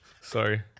Sorry